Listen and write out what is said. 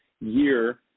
year